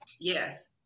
Yes